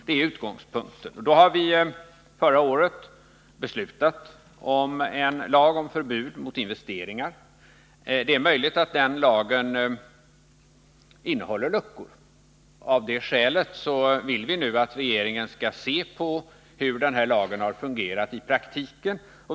Det är utgångspunkten. Riksdagen har förra året beslutat om en lag om förbud mot investeringar. Det är möjligt att den lagen innehåller luckor. Av det skälet vill utskottsmajoriteten nu att regeringen skall se på hur denna lag har fungerat i praktiken.